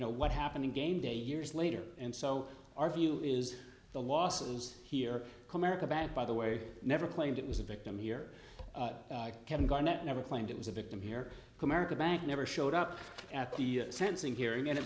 know what happened in game day years later and so our view is the losses here america bad by the way never claimed it was a victim here kevin garnett never claimed it was a victim here america bank never showed up at the sensing hearing and it